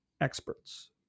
experts